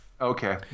Okay